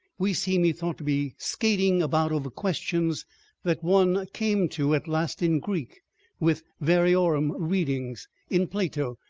we seem he thought to be skating about over questions that one came to at last in greek with variorum readings in plato,